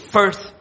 first